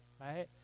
right